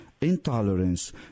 intolerance